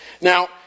Now